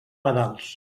pedals